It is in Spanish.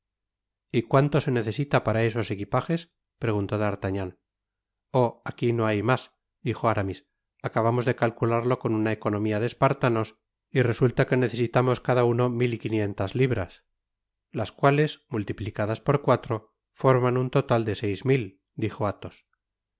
y cuáato se necesita para esos equipajes preguntó d'artagnan oh aqui no hay mas dijo aramis acabamos de calcularlo con una economia de espartanos y resulta que necesitamos cada uno mil y quinientas libras las cuales multiplicadas por cuatro forman un total de seis mil dijo athos a